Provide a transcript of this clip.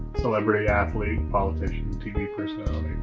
celebrity, athlete, politician, tv personality.